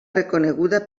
reconeguda